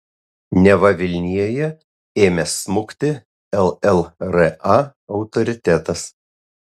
neva vilnijoje ėmęs smukti llra autoritetas